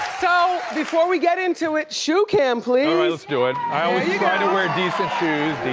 so before we get into it, shoe cam, please! all right, let's do it. i always try to wear decent shoes,